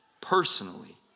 personally